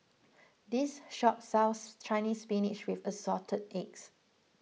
this shop sells Chinese Spinach with Assorted Eggs